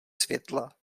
světla